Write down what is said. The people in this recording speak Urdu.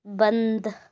بند